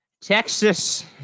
Texas